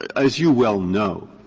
as you well know,